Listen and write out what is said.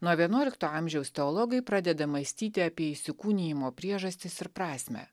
nuo vienuolikto amžiaus teologai pradeda mąstyti apie įsikūnijimo priežastis ir prasmę